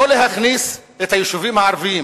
לא להכניס את היישובים הערביים